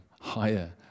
higher